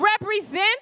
represent